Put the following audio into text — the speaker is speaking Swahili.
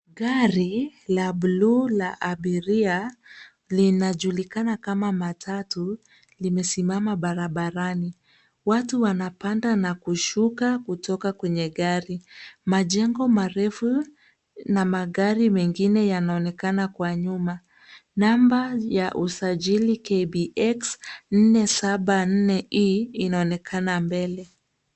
Gari la bluu la abiria linajulikana kama matatu, limesimama barabarani. Watu wanapanda na kushuka kutoka kwenye gari. Majengo marefu na magari mengine yanaonekana kwa nyuma. Namba ya usajili KBX 474E inaonekana mbele.